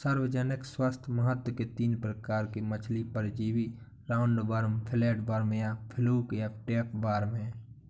सार्वजनिक स्वास्थ्य महत्व के तीन प्रकार के मछली परजीवी राउंडवॉर्म, फ्लैटवर्म या फ्लूक और टैपवार्म है